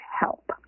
help